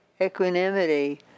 Equanimity